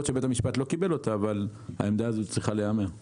שבית המשפט לא קיבל אותה אבל העמדה הזאת צריכה להיאמר.